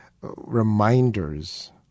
reminders